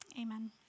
Amen